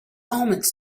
omens